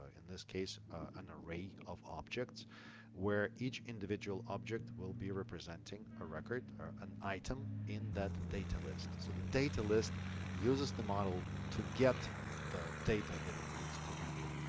in this case, an array of objects where each individual object will be representing a record or an item in that data list. so the data list uses the model to get the data that it needs to render.